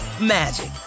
magic